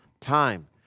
Time